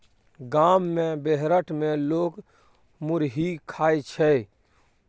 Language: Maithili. गाम मे बेरहट मे लोक मुरहीये खाइ छै